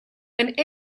and